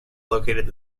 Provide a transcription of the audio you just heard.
located